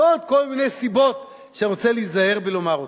ועוד כל מיני סיבות שאני רוצה להיזהר מלומר אותן.